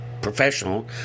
professional